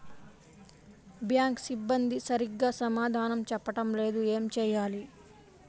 Bank సిబ్బంది సరిగ్గా సమాధానం చెప్పటం లేదు ఏం చెయ్యాలి?